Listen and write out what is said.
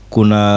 Kuna